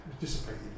dissipated